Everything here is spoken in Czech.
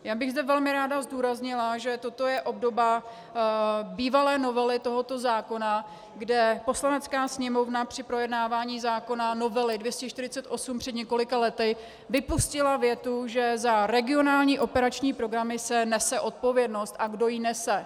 Já bych zde velmi ráda zdůraznila, že toto je obdoba bývalé novely tohoto zákona, kde Poslanecká sněmovna při projednávání novely zákona 248 před několika lety vypustila větu, že za regionální operační programy se nese odpovědnost a kdo ji nese.